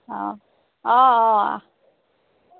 অঁ অঁ অঁ